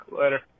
Later